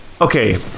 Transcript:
okay